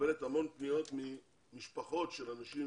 מקבלת פניות רבות ממשפחות של אנשים